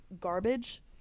Garbage